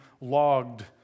logged